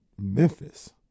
Memphis